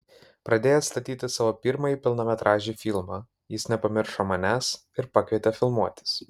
pradėjęs statyti savo pirmąjį pilnametražį filmą jis nepamiršo manęs ir pakvietė filmuotis